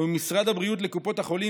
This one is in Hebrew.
וממשרד הבריאות לקופות החולים,